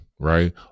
right